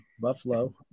Buffalo